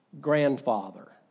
grandfather